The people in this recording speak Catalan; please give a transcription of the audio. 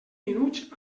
minuts